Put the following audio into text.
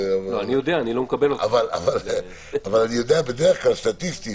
אבל בדרך כלל סטטיסטית,